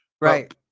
right